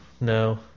no